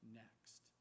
next